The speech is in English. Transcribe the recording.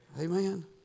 Amen